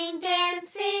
dancing